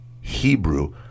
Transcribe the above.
Hebrew